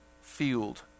field